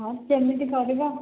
ହଁ ସେମିତି ପଡ଼ିବ